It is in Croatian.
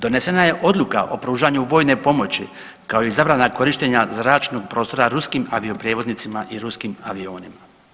Donesena je odluka o pružanju vojne pomoći kao i zabrana korištenja zračnog prostora ruskim avioprijevoznicima i ruskim avionima.